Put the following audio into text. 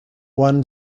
one